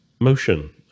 motion